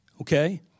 okay